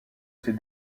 ses